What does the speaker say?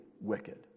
wicked